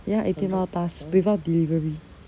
ya eighteen dollar plus before delivery